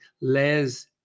Les